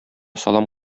салам